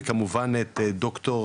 וכמובן את ד"ר